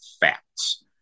facts